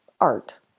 Art